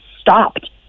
stopped